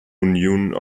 uniun